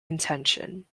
intention